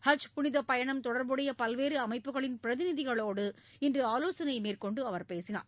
ஹஜ் புனிதப் பயணம் தொடர்புடைய பல்வேறு அமைப்புகளின் பிரதிநிதிகளோடு இன்று ஆலோசனை மேற்கொண்டு அவர் பேசினார்